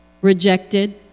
rejected